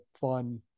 fun